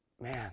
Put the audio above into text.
Man